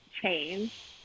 change